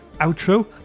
outro